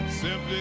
Simply